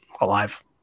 alive